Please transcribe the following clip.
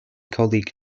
colleague